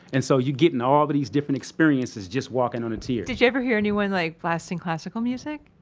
and so you gettin' all but these different experiences just walking on a tier did you ever hear anyone, like, blasting classical music?